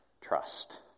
trust